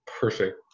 perfect